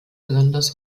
besonders